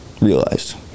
Realized